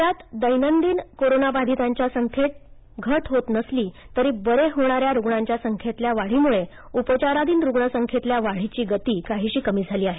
राज्यात दैनंदिन कोरोनाबाधितांच्या संख्येत घट होत नसली तरी बरे होणाऱ्या रुग्णांच्या संख्येतील वाढीमुळे उपचाराधिन रुग्णसंख्येतल्या वाढीची गती काहीशी कमी झाली आहे